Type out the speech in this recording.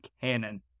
cannon